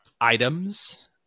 items